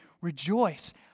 rejoice